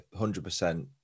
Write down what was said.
100%